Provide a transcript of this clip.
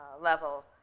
level